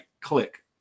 click